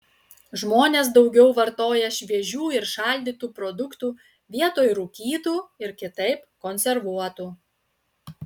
žmonės daugiau vartoja šviežių ir šaldytų produktų vietoj rūkytų ir kitaip konservuotų